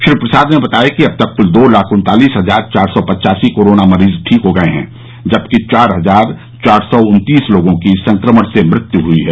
श्री प्रसाद ने बताया कि अब तक कुल दो लाख उन्तालीस हजार चार सौ पच्चासी कोरोना मरीज ठीक हो गये हैं जबकि चार हजार चार सौ उन्तीस लोगों की संक्रमण से मृत्यु हो गई है